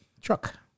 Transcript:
truck